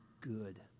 good